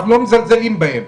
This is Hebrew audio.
אנחנו לא מזלזלים בהם,